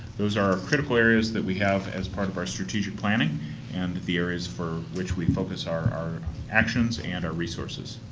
those are critical areas as we have as part of our strategic planning and the areas for which we focus our our actions and our resources.